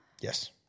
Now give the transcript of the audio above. Yes